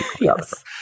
yes